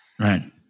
Right